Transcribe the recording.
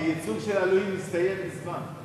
כי ייצוג של אלוהים הסתיים מזמן.